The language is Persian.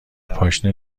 پاشنه